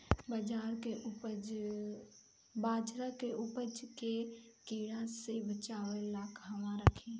बाजरा के उपज के कीड़ा से बचाव ला कहवा रखीं?